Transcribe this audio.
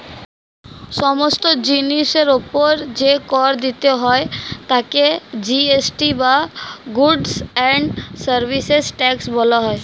সমস্ত জিনিসের উপর যে কর দিতে হয় তাকে জি.এস.টি বা গুডস্ অ্যান্ড সার্ভিসেস ট্যাক্স বলা হয়